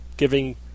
Giving